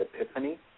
epiphany